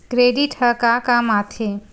Credit ह का काम आथे?